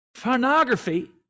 pornography